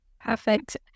perfect